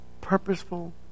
purposeful